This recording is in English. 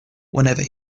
whenever